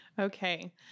Okay